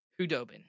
Hudobin